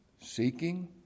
seeking